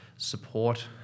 support